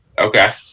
okay